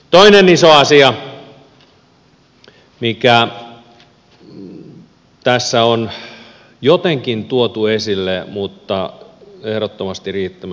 toinen iso asia mikä tässä on jotenkin tuotu esille mutta ehdottoman riittämättömästi